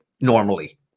normally